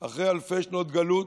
אחרי אלפי שנות גלות